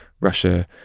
Russia